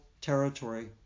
territory